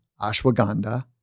ashwagandha